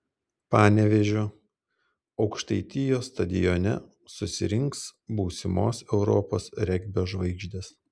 panevėžio aukštaitijos stadione susirinks būsimos europos regbio žvaigždės